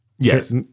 Yes